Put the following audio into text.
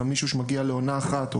אלא מישהו שמגיע לעונה אחת,